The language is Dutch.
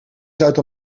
zuid